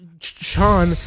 Sean